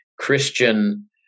Christian